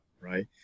right